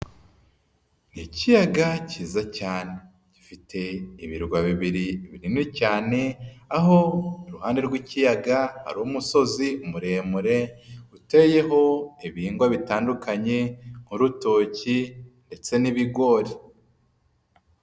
Ikiyaga kiyiza cyane, gifite ibirwa bibiri binini cyane, aho iruhande rw'ikiyaga ari umusozi muremure uteyeho ibihingwa bitandukanye n'urutoki ndetse n'ibigori.